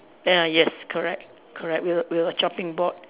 ah yes correct correct we have we have a chopping board